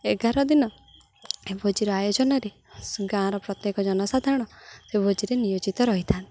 ଏଗାର ଦିନ ଏ ଭୋଜିର ଆୟୋଜନରେ ଗାଁର ପ୍ରତ୍ୟେକ ଜନସାଧାରଣ ସେ ଭୋଜିରେ ନିୟୋଜିତ ରହିଥାନ୍ତି